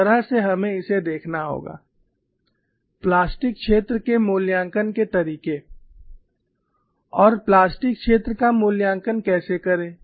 इस तरह से हमें इसे देखना होगा Methods of evaluating plastic zone plastic क्षेत्र के मूल्यांकन के तरीके और प्लास्टिक क्षेत्र का मूल्यांकन कैसे करें